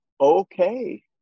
okay